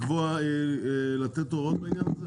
לבנק ישראל אין סמכות היום בחוק לתת הוראות בעניין הזה?